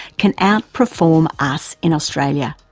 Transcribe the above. can outperform us in australia?